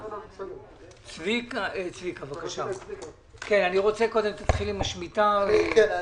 צביקה כהן, אני מבקש שתתחיל עם נושא השמיטה.